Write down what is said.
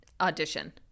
audition